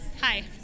Hi